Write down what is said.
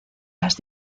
las